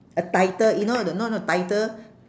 a title you know or not know not title